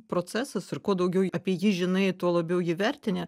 procesas ir kuo daugiau apie jį žinai tuo labiau jį vertini